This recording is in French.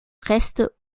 reste